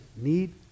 need